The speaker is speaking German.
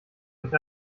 nicht